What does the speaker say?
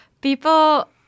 people